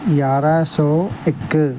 यारहं सौ हिकु